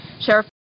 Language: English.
Sheriff